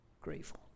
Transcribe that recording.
grateful